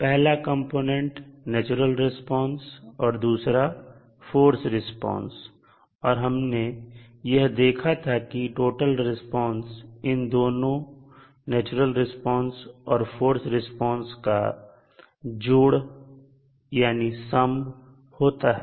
पहला component natural response और दूसरा फोर्स रिस्पांस और हमने यह देखा था कि टोटल रिस्पांस इन दोनों नेचुरल रिस्पांस और फोर्स रिस्पांस का जोड़ होता है